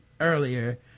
earlier